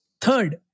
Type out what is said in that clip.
Third